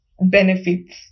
benefits